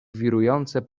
wirujące